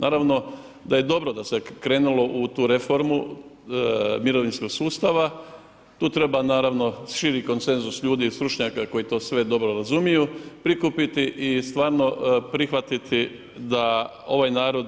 Naravno da je dobro da se krenulo u tu reformu mirovinskog sustava, tu treba naravno širi konsenzus ljudi, stručnjaka koji to sve dobro razumiju, prikupiti i stvarno prihvatiti da ovaj narod